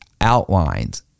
outlines